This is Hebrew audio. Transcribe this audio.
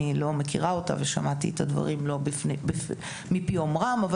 אני לא מכירה אותה ושמעתי את הדברים לא מפי אומרם.